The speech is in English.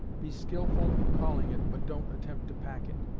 be skilful in calling it, but don't attempt to pack it.